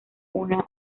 una